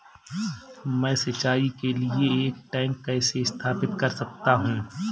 मैं सिंचाई के लिए एक टैंक कैसे स्थापित कर सकता हूँ?